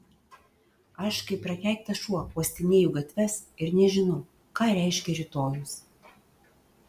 aš kaip prakeiktas šuo uostinėju gatves ir nežinau ką reiškia rytojus